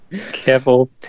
Careful